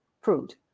fruit